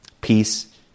Peace